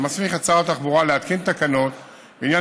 המסמיך את שר התחבורה להתקין תקנות בעניין